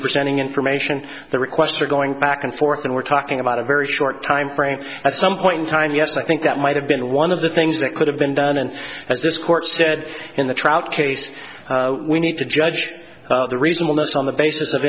presenting information the requests are going back and forth and we're talking about a very short timeframe at some point in time yes i think that might have been one of the things that could have been done and as this court said in the trout case we need to judge the reasonableness on the basis of